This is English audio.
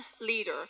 leader